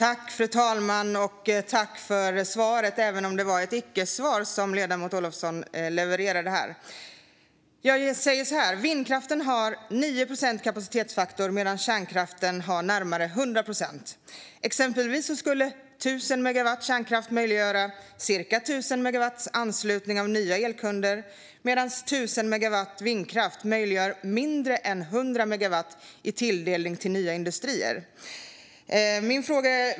Fru talman! Jag tackar för svaret även om det var ett icke-svar som ledamoten Olovsson levererade här. Jag säger så här: Vindkraften har 9 procent i kapacitetsfaktor medan kärnkraften har närmare 100 procent. Exempelvis skulle 1 000 megawatt kärnkraft möjliggöra cirka 1 000 megawatts anslutning av nya elkunder medan 1 000 megawatt vindkraft möjliggör mindre än 100 megawatt i tilldelning till nya industrier.